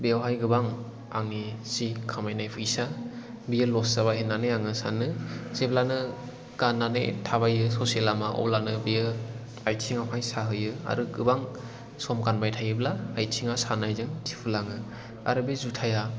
बेयावहाय गोबां आंनि जि खामायनाय फैसा बेयो लस जाबाय होननानै आङो सानो जेब्लानो गाननानै थाबायो ससे लामा अब्लानो बेयो आथिङावहाय साहोयो आरो गोबां सम गानबाय थायोब्ला आथिङा सानायजों थिफुलाङो आरो बे जुथाया